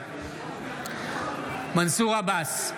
בעד מנסור עבאס,